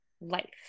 life